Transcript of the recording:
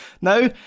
now